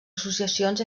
associacions